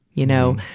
you know.